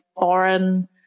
foreign